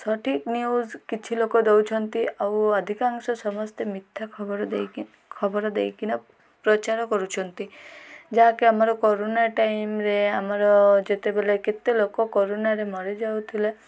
ସଠିକ୍ ନ୍ୟୁଜ୍ କିଛି ଲୋକ ଦେଉଛନ୍ତି ଆଉ ଅଧିକାଂଶ ସମସ୍ତେ ମିଥ୍ୟା ଖବର ଦେଇକି ଖବର ଦେଇକିନା ପ୍ରଚାର କରୁଛନ୍ତି ଯାହାକି ଆମର କରୋନା ଟାଇମ୍ରେେ ଆମର ଯେତେବେଳେ କେତେ ଲୋକ କରୋନାରେ ମରିଯାଉଥିଲେ